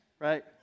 Right